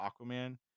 aquaman